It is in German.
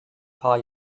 paar